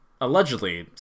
allegedly